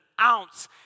ounce